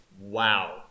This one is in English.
Wow